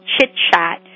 chit-chat